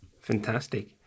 Fantastic